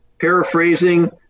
paraphrasing